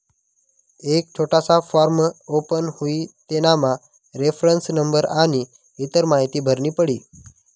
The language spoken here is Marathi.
एक छोटासा फॉर्म ओपन हुई तेनामा रेफरन्स नंबर आनी इतर माहीती भरनी पडी